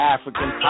African